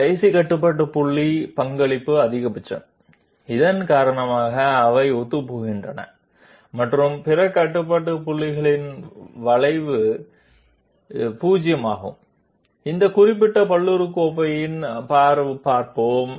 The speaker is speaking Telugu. చివరి కంట్రోల్ పాయింట్ యొక్క సహకారం గరిష్టంగా ఉంటుంది దీని కారణంగా అవి యాదృచ్చికంగా ఉంటాయి మరియు ఇతర కంట్రోల్ పాయింట్ల ప్రభావం 0 ఈ నిర్దిష్ట పాలినామియల్ ఎలా ఉంటుందో చూద్దాం